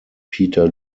peter